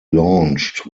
launched